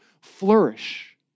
flourish